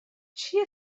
چیه